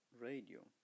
radio